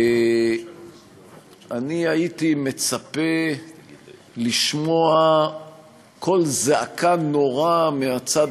אני הייתי מצפה לשמוע קול זעקה נורא מהצד